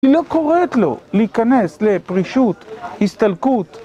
היא לא קוראת לו להיכנס לפרישות, הסתלקות.